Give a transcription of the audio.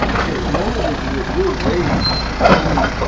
okay, and now what we'll do is we'll weight the meat.